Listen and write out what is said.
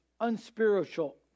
unspiritual